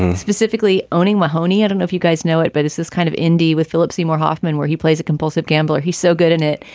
specifically owning mahoney and if if you guys know it. but it's this kind of indie with philip seymour hoffman where he plays a compulsive gambler. he's so good in it.